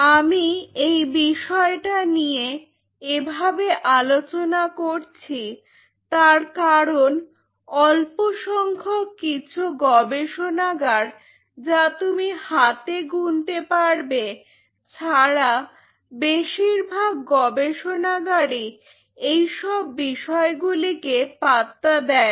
আমি এই বিষয়টা নিয়ে এভাবে আলোচনা করছি তার কারণ অল্প সংখ্যক কিছু গবেষণাগার যা তুমি হাতে গুনতে পারবে ছাড়া বেশিরভাগ গবেষণাগারই এইসব বিষয়গুলি কে পাত্তা দেয় না